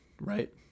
right